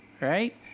right